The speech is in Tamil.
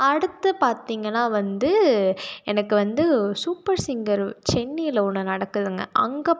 அடுத்து பார்த்தீங்கன்னா வந்து எனக்கு வந்து சூப்பர் சிங்கர் சென்னையில் ஒன்று நடக்குதுங்க அங்கே